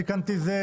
תיקנתי זה,